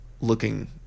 looking